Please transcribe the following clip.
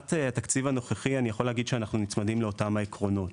מבחינת התקציב הנוכחי אני יכול להגיד שאנחנו נצמדים לאותם העקרונות,